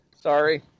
sorry